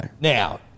Now